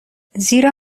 زیرا